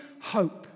hope